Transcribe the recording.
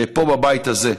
פה בבית הזה,